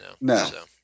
no